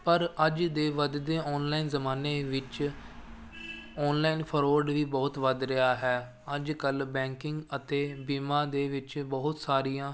ਪਰ ਅੱਜ ਦੇ ਵਧਦੇ ਓਨਲਾਈਨ ਜਮਾਨੇ ਵਿੱਚ ਓਨਲਾਈਨ ਫਰੋਡ ਵੀ ਬਹੁਤ ਵੱਧ ਰਿਹਾ ਹੈ ਅੱਜ ਕੱਲ੍ਹ ਬੈਕਿੰਗ ਅਤੇ ਬੀਮਾ ਦੇ ਵਿੱਚ ਬਹੁਤ ਸਾਰੀਆਂ